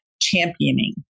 championing